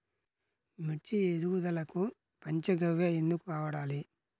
మిర్చి ఎదుగుదలకు పంచ గవ్య ఎందుకు వాడాలి?